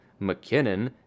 McKinnon